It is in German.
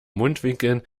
mundwinkeln